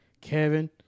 Kevin